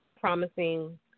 promising